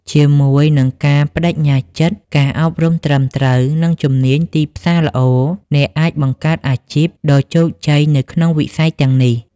ជាមួយនឹងការប្តេជ្ញាចិត្ត ការអប់រំត្រឹមត្រូវ និងជំនាញទីផ្សារល្អ អ្នកអាចបង្កើតអាជីពដ៏ជោគជ័យនៅក្នុងវិស័យទាំងនេះ។